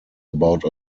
about